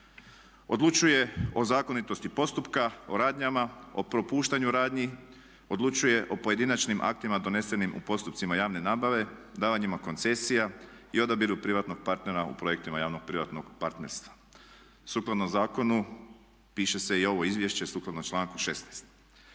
Odlučuje o zakonitosti postupka, o radnjama, o propuštanju radnji, odlučuje o pojedinačnim aktima donesenim u postupcima javne nabave, davanjima koncesija i odabiru privatnog partnera u projektima javnog privatnog partnerstva. Sukladno zakonu piše se i ovo izvješće sukladno članku 16.